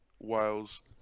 wales